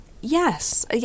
Yes